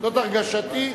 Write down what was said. זאת הרגשתי,